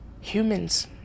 humans